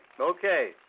okay